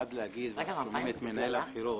אנשים מתנהלים בנחת.